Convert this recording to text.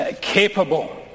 capable